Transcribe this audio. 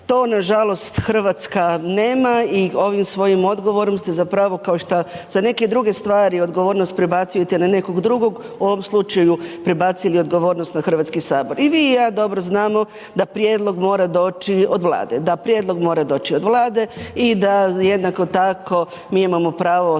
To nažalost Hrvatska nema i ovim svojim odgovorom ste zapravo, kao što za neke druge stvari, odgovornost prebacujete na nekog drugog, u ovom slučaju prebacili odgovornost na HS. I vi i ja dobro znamo da prijedlog mora doći od Vlade. Da prijedlog mora doći